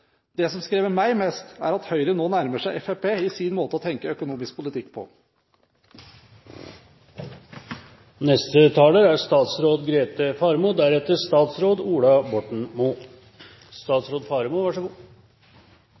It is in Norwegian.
Det som skremmer meg mest, er at Høyre nå nærmer seg Fremskrittspartiet i sin måte å tenke økonomisk politikk